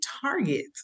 target